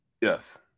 Yes